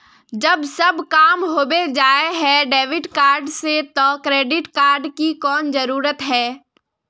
जब सब काम होबे जाय है डेबिट कार्ड से तो क्रेडिट कार्ड की कोन जरूरत है?